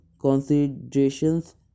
considerations